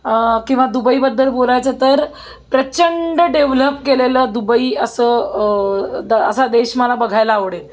किंवा दुबईबद्दल बोलायचं तर प्रचंड डेव्हलप केलेलं दुबई असं द असा देश मला बघायला आवडेल